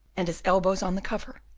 and his elbows on the cover,